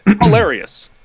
hilarious